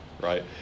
right